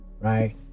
Right